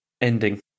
ending